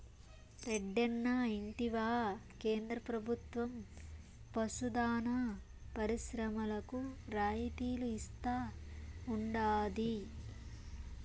రెడ్డన్నా ఇంటివా కేంద్ర ప్రభుత్వం పశు దాణా పరిశ్రమలకు రాయితీలు ఇస్తా ఉండాది